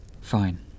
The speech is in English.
Fine